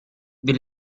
wir